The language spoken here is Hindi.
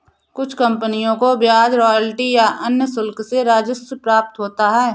कुछ कंपनियों को ब्याज रॉयल्टी या अन्य शुल्क से राजस्व प्राप्त होता है